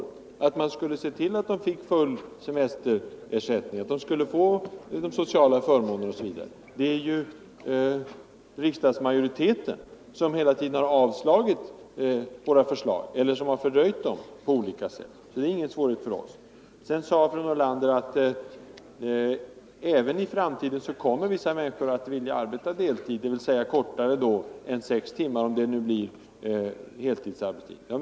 Vi har krävt att man skulle se till att de fick full semesterersättning, de sociala förmånerna osv., men riksdagsmajoriteten har hela tiden avslagit våra förslag eller på olika sätt fördröjt deras genomförande. Det är alltså ingen svårighet för oss. Sedan sade fru Nordlander att även i framtiden kommer vissa människor att vilja arbeta deltid, dvs. kortare tid då än sex timmar, om detta blir heltid.